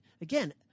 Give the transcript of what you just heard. again